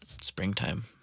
springtime